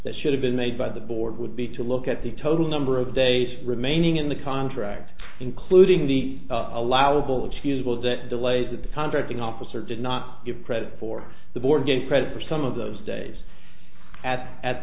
that should have been made by the board would be to look at the total number of days remaining in the contract including the allowable excusable date delays that the contracting officer did not give credit for the board get credit for some of those days at at